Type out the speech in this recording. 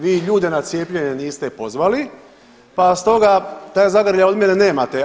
Vi ljude na cijepljenje niste pozvali, pa stoga taj zagrljaj od mene nemate.